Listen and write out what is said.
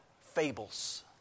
fables